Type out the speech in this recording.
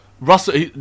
Russell